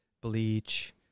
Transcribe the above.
bleach